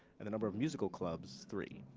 and the number of musical clubs three.